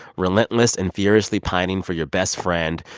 relentless and furiously pining for your best friend,